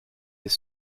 des